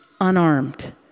unarmed